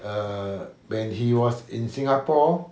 err when he was in singapore